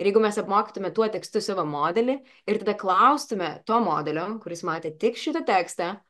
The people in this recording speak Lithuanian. ir jeigu mes apmokėtume tuo tekstu savo modelį ir tada klaustume to modelio kuris matė tik šitą tekstą